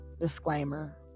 disclaimer